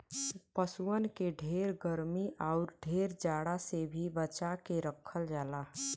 पसुअन के ढेर गरमी आउर ढेर जाड़ा से भी बचा के रखल जाला